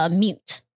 mute